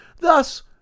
thus